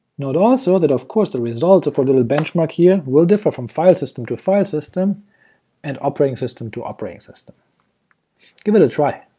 note also that of course the results of a little benchmark here will differ from file system to file system and operating system to operating system give it a try.